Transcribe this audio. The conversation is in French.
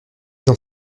dans